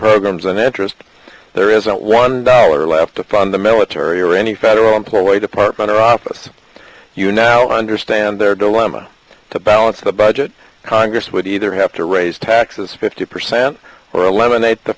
programs and interest there isn't one dollar left to fund the military or any federal employee department or office you now understand their dilemma to balance the budget congress would either have to raise taxes fifty percent or a lemonade the